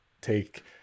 take